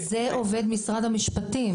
על זה עובד משרד המשפטים.